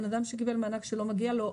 בן אדם שקיבל מענק שלא מגיע לו,